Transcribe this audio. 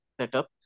setup